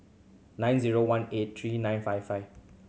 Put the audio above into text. nine zero one eight three nine five five